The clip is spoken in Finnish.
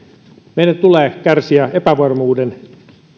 meidän tulee kärsiä